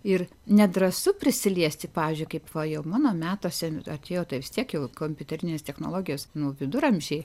ir nedrąsu prisiliesti pavyzdžiui kaip va jau mano metuose atėjo tai vis tiek jau kompiuterinės technologijos nu viduramžy